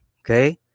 okay